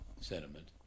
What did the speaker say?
sentiment